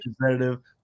representative